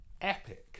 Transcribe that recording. epic